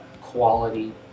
quality